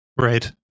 Right